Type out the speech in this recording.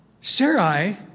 Sarai